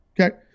Okay